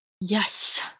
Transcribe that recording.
yes